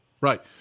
Right